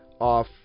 off